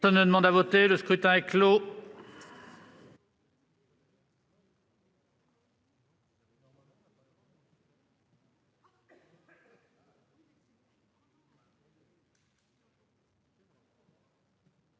Le scrutin est clos.